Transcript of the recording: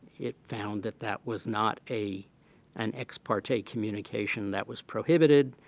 it found that that was not a an ex parte communication that was prohibited,